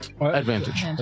Advantage